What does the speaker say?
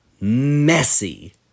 messy